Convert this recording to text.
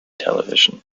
television